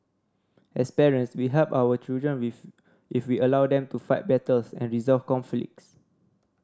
as parents we help our children if we allow them to fight battles and resolve conflicts